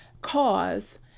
cause